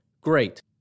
Great